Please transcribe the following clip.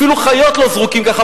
אפילו חיות לא זורקים כך,